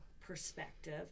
perspective